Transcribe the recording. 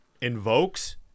invokes